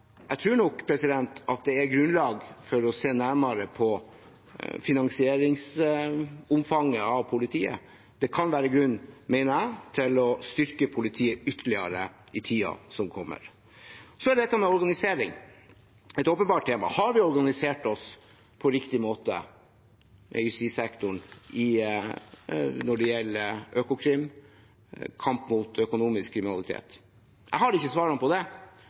jeg tror nok at det er grunn til å se nærmere på finansieringsomfanget når det gjelder politiet. Det kan være grunn til, mener jeg, å styrke politiet ytterligere i tiden som kommer. Så er dette med organisering et åpenbart tema. Har vi organisert oss på riktig måte i justissektoren når det gjelder Økokrim og kampen mot økonomisk kriminalitet? Jeg har ikke svarene på det,